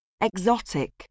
Exotic